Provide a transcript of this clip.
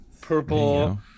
purple